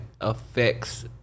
affects